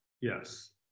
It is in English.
yes